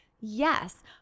Yes